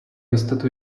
jistotu